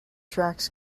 tracks